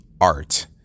art